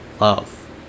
love